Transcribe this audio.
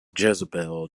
jezebel